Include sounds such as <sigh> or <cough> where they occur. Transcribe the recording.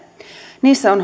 niissä on <unintelligible>